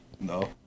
No